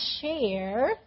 share